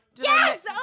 Yes